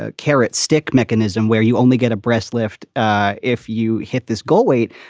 ah carrot stick mechanism where you only get a breast lift ah if you hit this goal weight.